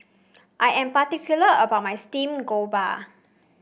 I am particular about my Steamed Garoupa